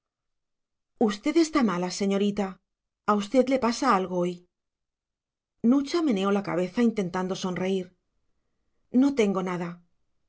usted está mala señorita a usted le pasa algo hoy nucha meneó la cabeza intentando sonreír no tengo nada